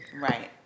Right